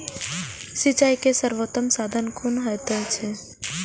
सिंचाई के सर्वोत्तम साधन कुन होएत अछि?